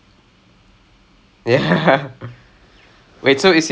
perfect solution no because half that